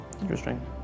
Interesting